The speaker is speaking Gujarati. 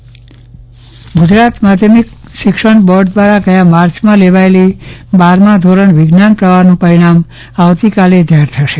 ચન્દ્રવદન પટ્ટણી પરિણામ ગુજરાત માધ્યમિક શિક્ષણ બોર્ડ દ્વારા ગયા માર્ચમાં લેવાયેલી બારમાં ધોરણ વિજ્ઞાન પ્રવાહનું પરિણામ આવતીકાલે જાહેર થશે